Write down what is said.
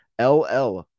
LL